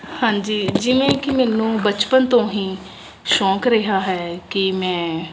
ਹਾਂਜੀ ਜਿਵੇਂ ਕਿ ਮੈਨੂੰ ਬਚਪਨ ਤੋਂ ਹੀ ਸ਼ੌਂਕ ਰਿਹਾ ਹੈ ਕਿ ਮੈਂ